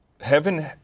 Heaven